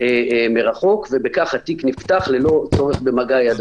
מרחוק ובכך התיק נפתח ללא צורך במגע יד אדם.